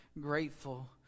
grateful